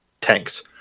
tanks